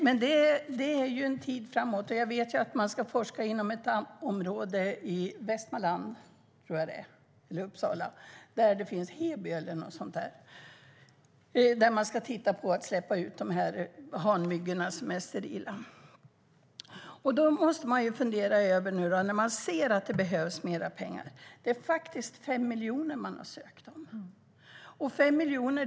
Men det ligger i framtiden, och jag vet att man ska forska i ett område i Västmanland eller om det var Uppsala. Det var i Heby eller något sådant. Där ska man släppa ut sterila hanmyggor. Man ser nu att det behövs mer pengar, och man har ansökt om 5 miljoner.